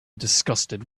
disgusted